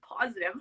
positive